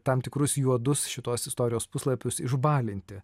tam tikrus juodus šitos istorijos puslapius išbalinti